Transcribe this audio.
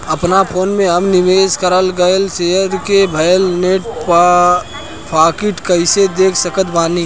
अपना फोन मे हम निवेश कराल गएल शेयर मे भएल नेट प्रॉफ़िट कइसे देख सकत बानी?